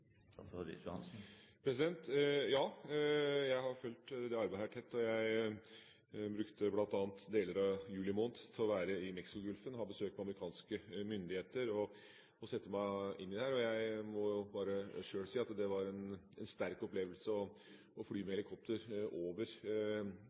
Ja, jeg har fulgt dette arbeidet tett. Jeg var bl.a. i deler av juli i Mexicogolfen. Jeg har besøkt amerikanske myndigheter for å sette meg inn i dette, og jeg må bare si at det var en sterk opplevelse å fly med